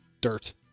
dirt